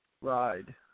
ride